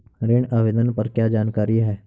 ऋण आवेदन पर क्या जानकारी है?